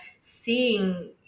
seeing